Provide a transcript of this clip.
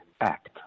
act